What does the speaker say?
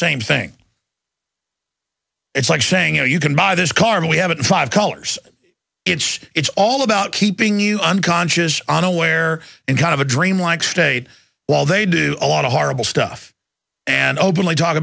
same thing it's like saying you know you can buy this car and we have it in five colors it's it's all about keeping you unconscious unaware in kind of a dreamlike state while they do a lot of horrible stuff and openly talk